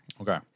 Okay